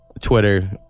Twitter